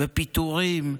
ופיטורים,